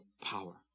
power